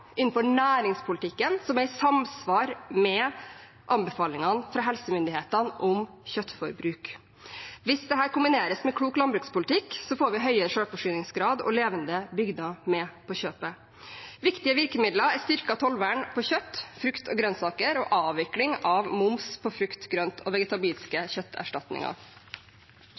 som er i samsvar med anbefalingene fra helsemyndighetene om kjøttforbruk. Hvis dette kombineres med klok landbrukspolitikk, får vi høyere selvforsyningsgrad og levende bygder med på kjøpet. Viktige virkemidler er styrket tollvern på kjøtt, frukt og grønnsaker og avvikling av moms på frukt, grønt og vegetabilske kjøtterstatninger.